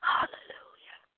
Hallelujah